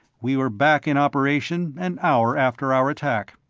we were back in operation an hour after our attack.